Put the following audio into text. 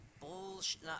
bullshit